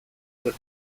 the